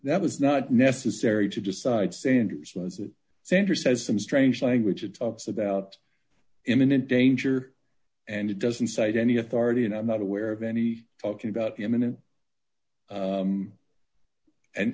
that was not necessary to decide sanders was it sander says some strange language it talks about imminent danger and it doesn't cite any authority and i'm not aware of any talking about imminent